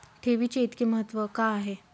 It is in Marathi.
ठेवीचे इतके महत्व का आहे?